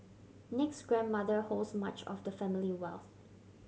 Nick's grandmother holds much of the family wealth